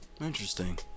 Interesting